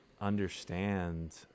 understand